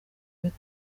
kubyo